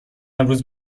امروز